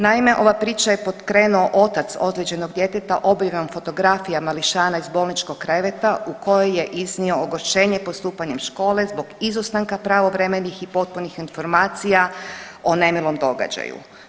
Naime, ovu priču je pokrenuo otac ozlijeđenog djeteta obimom fotografija mališana iz bolničkog kreveta u koje je iznio ogorčenje postupanjem škole zbog izostanka pravovremenih i potpunih informacija o nemilom događaju.